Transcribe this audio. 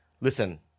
Listen